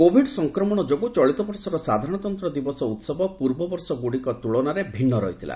Covid ସଂକ୍ରମଣ ଯୋଗୁଁ ଚଳିତ ବର୍ଷର ସାଧାରଣତନ୍ତ୍ର ଦିବସ ଉହବ ପୂର୍ବବର୍ଷ ଗୁଡ଼ିକ ତୁଳନାରେ ଭିନ୍ନ ରହିଥିଲା